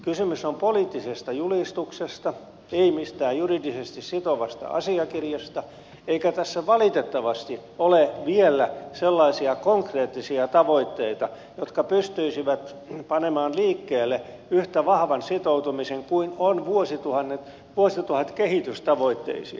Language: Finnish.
kysymys on poliittisesta julistuksesta ei mistään juridisesti sitovasta asiakirjasta eikä tässä valitettavasti ole vielä sellaisia konkreettisia tavoitteita jotka pystyisivät panemaan liikkeelle yhtä vahvan sitoutumisen kuin on vuosituhatkehitystavoitteisiin